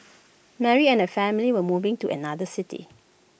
Mary and her family were moving to another city